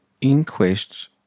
inquest